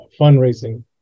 fundraising